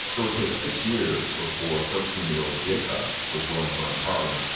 it would take six years before thirteen year old jacob would join her in harlem.